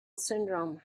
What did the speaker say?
syndrome